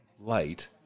light